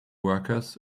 workers